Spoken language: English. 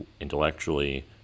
Intellectually